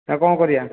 ନା କ'ଣ କରିବା